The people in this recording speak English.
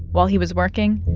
while he was working,